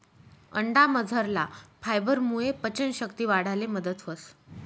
अंडामझरला फायबरमुये पचन शक्ती वाढाले मदत व्हस